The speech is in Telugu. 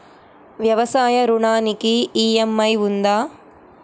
వ్యవసాయ ఋణానికి ఈ.ఎం.ఐ ఉందా?